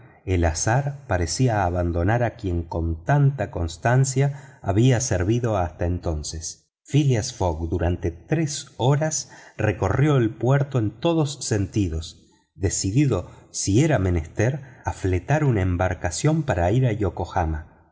de un buque dispuesto a marchar fix lo seguía desconcertado phileas fogg durante tres horas recorrió el puerto en todos los sentidos decidido si era menester a fletar una embarcación para ir a yokohama